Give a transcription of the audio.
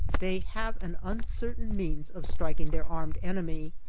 they have an uncertain means of striking their armed enemy.